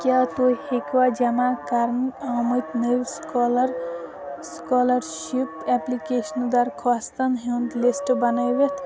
کیٚاہ تُہۍ ہیٚکوا جمع کرنہٕ آمِتۍ نٔوۍ سکالر سکالرشِپ ایٚپلِکیشن درخوٛاستن ہیٛونٛد لِسٹہٕ بنٲیِتھ